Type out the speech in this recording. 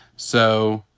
so,